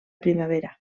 primavera